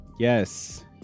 Yes